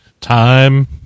time